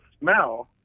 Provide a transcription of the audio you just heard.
smell